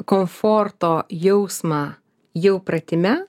komforto jausmą jau pratime